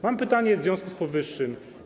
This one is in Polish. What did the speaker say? Mam pytanie w związku z powyższym.